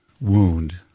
wound